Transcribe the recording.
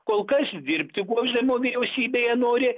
kol kas dirbti gožemio vyriausybėje nori